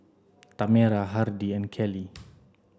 Tamera Hardy and Kallie